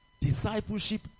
Discipleship